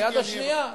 ביד השנייה,